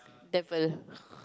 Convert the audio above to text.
devil